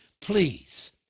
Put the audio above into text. please